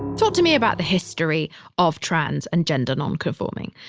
talk to me about the history of trans and gender nonconforming,